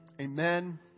amen